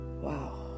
Wow